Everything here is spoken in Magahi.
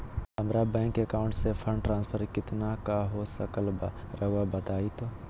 हमरा बैंक अकाउंट से फंड ट्रांसफर कितना का हो सकल बा रुआ बताई तो?